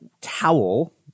towel